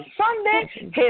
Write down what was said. Sunday